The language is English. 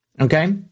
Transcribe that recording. Okay